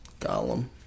Gollum